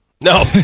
No